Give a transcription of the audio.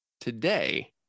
today